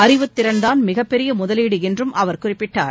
அறிவுத்திறன்தான் மிகப்பெரிய முதலீடு என்றும் அவர் குறிப்பிட்டார்